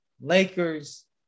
Lakers